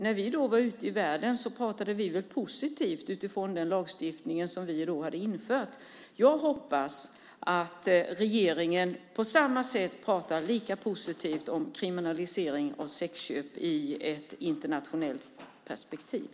När vi då var ute i världen pratade vi naturligtvis positivt om den lagstiftning som vi hade infört. Jag hoppas att regeringen på samma sätt pratar positivt om kriminaliseringen av sexköp i ett internationellt perspektiv.